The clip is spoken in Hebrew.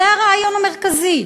זה הרעיון המרכזי,